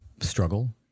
struggle